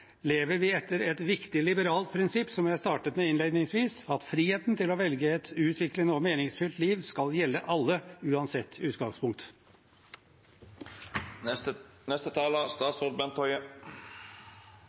etter et viktig liberalt prinsipp, som jeg startet med innledningsvis, at friheten til å velge et utviklende og meningsfylt liv skal gjelde alle, uansett